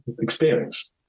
experience